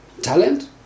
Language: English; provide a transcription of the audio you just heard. talent